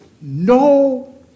no